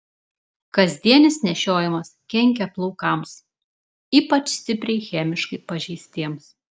kasdienis nešiojimas kenkia plaukams ypač stipriai chemiškai pažeistiems